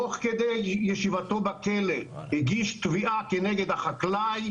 תוך כדי ישיבתו בכלא הוא הגיש תביעה כנגד החקלאי,